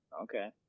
Okay